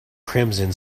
crimson